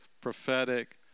prophetic